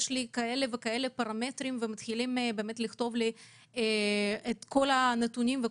פרמטרים כאלה וכאלה וכותבים לי את כל הנתונים.